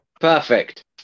Perfect